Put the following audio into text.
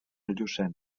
llucena